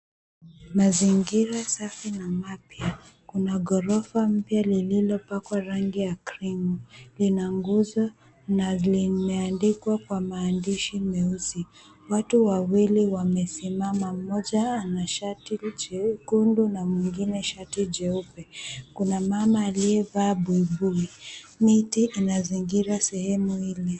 Mazingira safi na mapya. Kuna ghorofa mpya lililopakwa rangi ya krimu. Lina nguzo na limeandikwa kwa maandishi meusi. Watu wawili wamesimama, mmoja ana shati jekundu na mwingine shati jeupe. Kuna mama aliyevaa buibui. Miti inazingira sehemu hili.